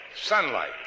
Sunlight